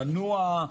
לנוע,